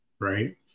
Right